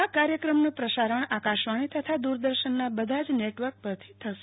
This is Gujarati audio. આ કાર્યક્રમનું પ્રસારણ આકાશવાણી તથા દુરદર્શનના બધા જ નેટવર્ક પરથી થશે